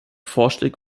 vorschläge